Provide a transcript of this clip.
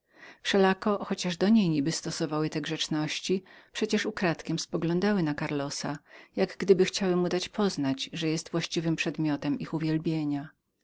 wszelako chociaż do niej niby stosowały te grzeczności przecież ukradkiem spoglądały na karlosa jak gdyby chciały mu dać poznać że on był jedynym przedmiotem ich uwielbienia